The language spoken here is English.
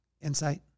insight